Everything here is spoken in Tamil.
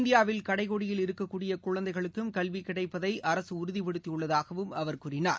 இந்தியாவில் கடைகோடியில் இருக்கக்கூடிய குழந்தைகளுக்கும் கல்வி கிடைப்பதை அரசு உறுதிபடுத்தியுள்ளதாகவும் அவர் கூறினார்